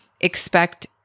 expect